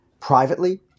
privately